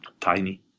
tiny